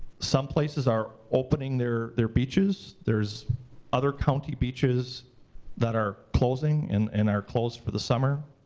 some places are opening their their beaches. there's other county beaches that are closing, and and are closed for the summer.